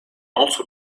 also